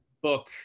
book